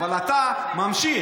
אבל אתה ממשיך.